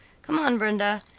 come on, brenda,